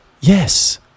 Yes